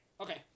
Okay